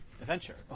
adventure